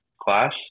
class